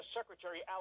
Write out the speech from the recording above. Secretary